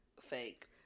fake